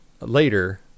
later